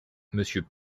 monsieur